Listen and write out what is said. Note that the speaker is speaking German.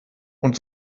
und